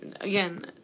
again